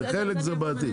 תביא לי רגע, אני אסביר.